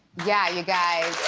yeah, you guys.